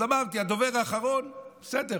אז אמרתי, הדובר האחרון, בסדר,